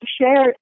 share